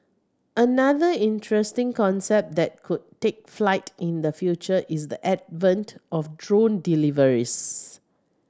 another interesting concept that could take flight in the future is the advent of drone deliveries